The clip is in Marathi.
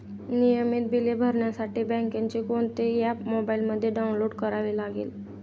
नियमित बिले भरण्यासाठी बँकेचे कोणते ऍप मोबाइलमध्ये डाऊनलोड करावे लागेल?